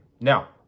Now